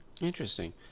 Interesting